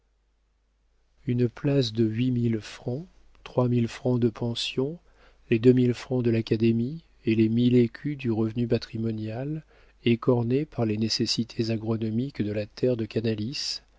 une place de huit mille francs trois mille francs de pension les deux mille francs de l'académie et les mille écus du revenu patrimonial écornés par les nécessités agronomiques de la terre de canalis